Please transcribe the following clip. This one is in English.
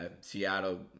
seattle